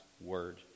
word